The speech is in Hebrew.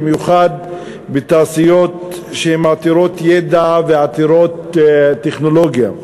במיוחד בתעשיות שהן עתירות ידע ועתירות טכנולוגיה.